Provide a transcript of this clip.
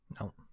No